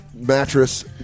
Mattress